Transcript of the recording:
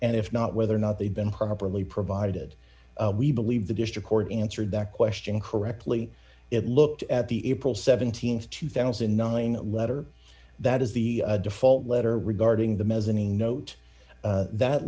and if not whether or not they've been properly provided we believe the district court answered that question correctly it looked at the april th two thousand and nine letter that is the default letter regarding the mezzanine note that